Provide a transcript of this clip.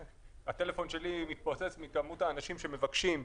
והטלפון שלי מתפוצץ מכמות האנשים שמבקשים עזרה,